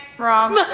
wrong.